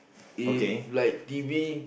if like t_v